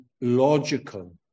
logical